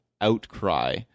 outcry